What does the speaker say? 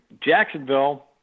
Jacksonville